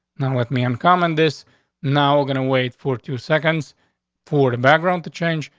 none with me and common this now we're gonna wait for two seconds for the background to change,